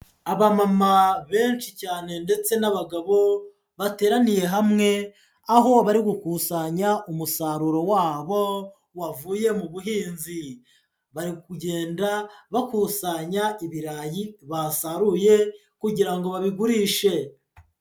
Abamama benshi cyane ndetse n'abagabo bateraniye hamwe aho bari gukusanya umusaruro wabo wavuye mu buhinzi, bari kugenda bakusanya ibirayi basaruye kugira ngo babigurishe.